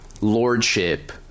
lordship